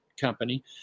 company